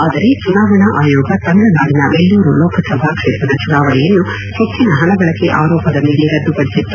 ಆದರೆ ಚುನಾವಣಾ ಆಯೋಗ ತಮಿಳುನಾಡಿನ ವೆಲ್ಡೂರು ಲೋಕಸಭಾ ಕ್ಷೇತ್ರದ ಚುನಾವಣೆಯನ್ನು ಹೆಚ್ಚಿನ ಪಣ ಬಳಕೆ ಆರೋಪದ ಮೇಲೆ ರದ್ಲುಪಡಿಸಿತ್ತು